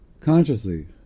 consciously